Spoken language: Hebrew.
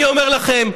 אני אומר לכם,